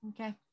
Okay